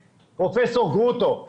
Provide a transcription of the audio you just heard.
פרופ' גרוטו,